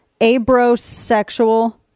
abrosexual